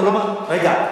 למה הרסו ולמה, רגע.